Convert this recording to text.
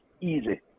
easy